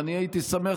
והייתי שמח,